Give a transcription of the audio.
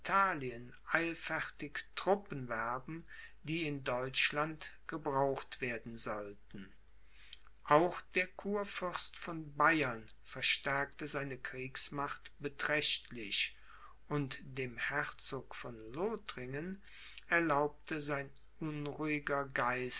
eilfertig truppen werben die in deutschland gebraucht werden sollten auch der kurfürst von bayern verstärkte seine kriegsmacht beträchtlich und dem herzog von lothringen erlaubte sein unruhiger